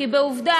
כי עובדה,